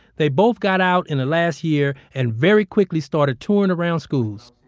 they both got out in the last year and very quickly started touring around schools.